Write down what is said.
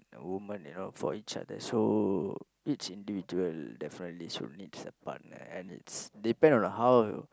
woman you know for each other so each individual definitely will needs a partner and it's depend on how